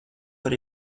par